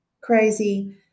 crazy